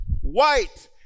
white